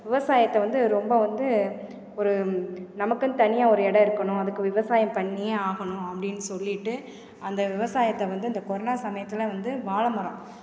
விவசாயத்தை வந்து ரொம்ப வந்து ஒரு நமக்குன்னு தனியாக ஒரு இடம் இருக்கணும் அதுக்கு விவசாயம் பண்ணியே ஆகணும் அப்படின்னு சொல்லிவிட்டு அந்த விவசாயத்தை வந்து இந்த கொரோனா சமயத்தில் வந்து வாழை மரம்